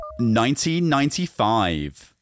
1995